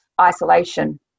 isolation